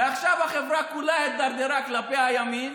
ועכשיו החברה כולה הידרדרה כלפי הימין